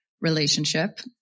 relationship